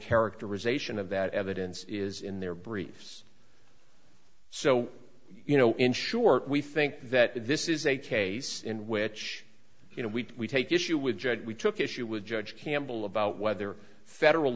characterization of that evidence is in their briefs so you know in sure we think that this is a case in which you know we take issue with judge we took issue with judge campbell about whether federal